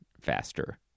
faster